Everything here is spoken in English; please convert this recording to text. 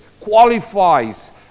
qualifies